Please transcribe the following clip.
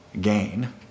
gain